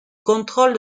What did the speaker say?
contrôle